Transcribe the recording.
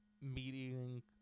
meeting